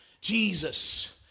jesus